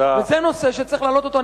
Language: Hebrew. וזה נושא שצריך להעלות אותו,